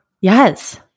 Yes